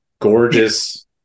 gorgeous